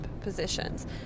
positions